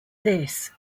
this